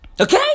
Okay